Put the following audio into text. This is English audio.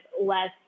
less